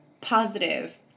positive